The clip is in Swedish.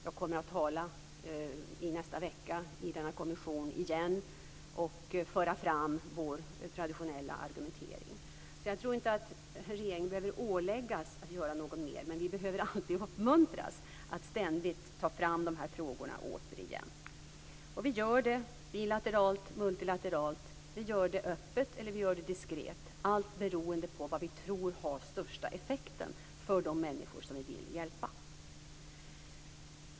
Jag kommer i nästa vecka att tala i denna kommission igen och då föra fram vår traditionella argumentering. Jag tror inte att regeringen behöver åläggas att göra något mer, men vi behöver alltid uppmuntras att ständigt ta fram de här frågorna. Och det gör vi - bilateralt, multilateralt, öppet eller diskret, allt beroende på vad vi tror har den största effekten för de människor som vi vill hjälpa.